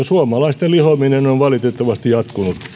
suomalaisten lihominen on valitettavasti jatkunut